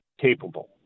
capable